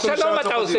--- את השלום אתה עושה?